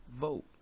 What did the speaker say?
vote